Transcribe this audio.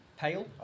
Pale